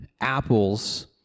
apples